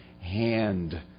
hand